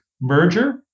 merger